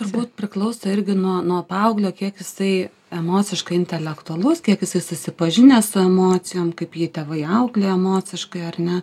turbūt priklauso irgi nuo nuo paauglio kiek jisai emociškai intelektualus kiek jisai susipažinęs su emocijom kaip jį tėvai auklėjo emociškai ar ne